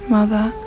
Mother